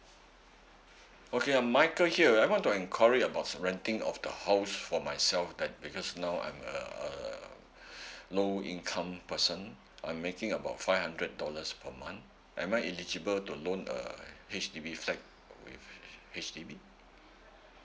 okay I'm michael here I want to enquiry about renting of the house for myself that because now I'm a uh low income person I'm making about five hundred dollars per month am I illegible to loan a H_D_B flat with H_D_B